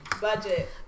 budget